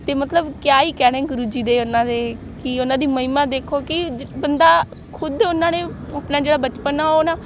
ਤੇ ਮਤਲਬ ਕਿਆ ਹੀ ਕਹਿਣੇ ਗੁਰੂ ਜੀ ਦੇ ਉਹਨਾਂ ਦੇ ਕੀ ਉਹਨਾਂ ਦੀ ਮਹਿਮਾ ਦੇਖੋ ਕਿ ਬੰਦਾ ਖੁਦ ਉਹਨਾਂ ਨੇ ਆਪਣਾ ਜਿਹੜਾ ਬਚਪਨ ਆ ਉਹ ਨਾ